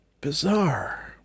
Bizarre